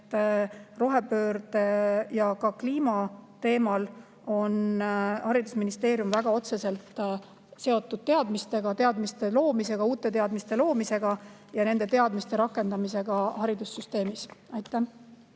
Rohepöörde ja ka kliima teemal on haridusministeerium otseselt seotud teadmistega, uute teadmiste loomisega ja nende teadmiste rakendamisega haridussüsteemis. Aitäh!